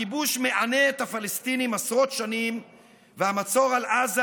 הכיבוש מענה את הפלסטינים עשרות שנים והמצור על עזה